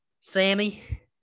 Sammy